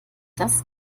das